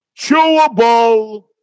Chewable